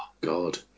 God